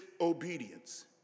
obedience